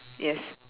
yes